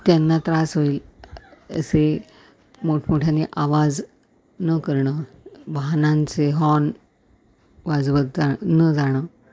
त्यांना त्रास होईल असे मोठमोठ्याने आवाज न करणं वाहनांचे हॉर्न वाजवत जा न जाणं